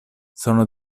sono